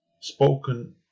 Spoken